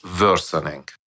worsening